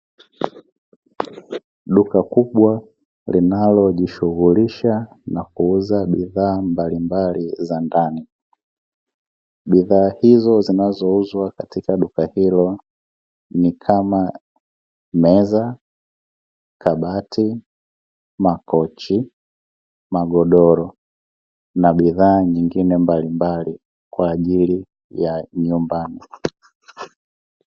Duka kubwa linalojishughulisha na kuuza bidhaa mbalimbali za ndani, bidhaa hizo zinazouzwa katika duka hilo ni kama: meza, kabati, makochi, magodoro na bidhaa nyingine mbambali kwa ajili ya nyumbani.